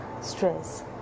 stress